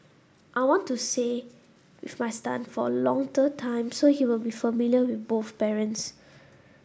I want to say with my son for a time so he will be familiar with both parents